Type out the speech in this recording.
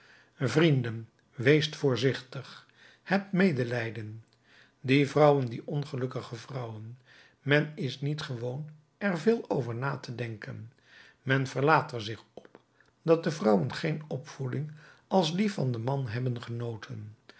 vrienden weest voorzichtig hebt medelijden die vrouwen die ongelukkige vrouwen men is niet gewoon er veel over na te denken men verlaat er zich op dat de vrouwen geen opvoeding als die van den man hebben genoten